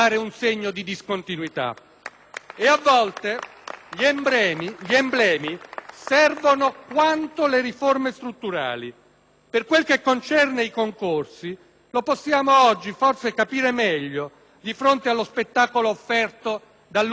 E a volte gli emblemi servono quanto le riforme strutturali. Per quel che concerne i concorsi, lo possiamo oggi forse capire meglio di fronte allo spettacolo offerto dall'ultimo concorso in magistratura